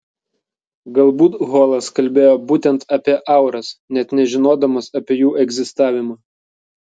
galbūt holas kalbėjo būtent apie auras net nežinodamas apie jų egzistavimą